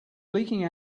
leaking